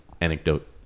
anecdote